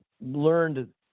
learned